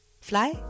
Fly